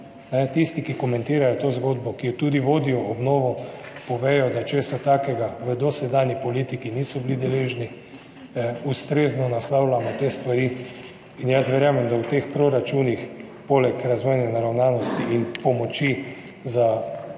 tisti, ki komentirajo to zgodbo, ki tudi vodijo obnovo, povedo, da česa takega v dosedanji politiki niso bili deležni. Ustrezno naslavljamo te stvari. Jaz verjamem, da v teh proračunih poleg razvojne naravnanosti in pomoči za